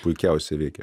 puikiausiai veikia